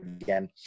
again